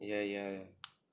ya ya